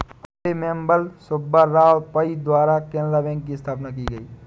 अम्मेम्बल सुब्बा राव पई द्वारा केनरा बैंक की स्थापना की गयी